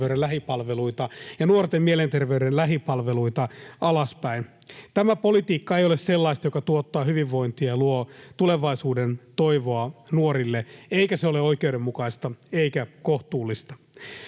lähipalveluita ja nuorten mielenterveyden lähipalveluita alaspäin. Tämä politiikka ei ole sellaista, joka tuottaa hyvinvointia ja luo tulevaisuuden toivoa nuorille, eikä se ole oikeudenmukaista eikä kohtuullista.